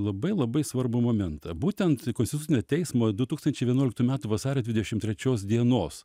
labai labai svarbų momentą būtent konstitucinio teismo du tūkstančiai vienuoliktųjų metų vasario dvidešim trečios dienos